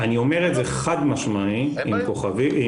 אני אומר את זה חד משמעית, עם סולמית.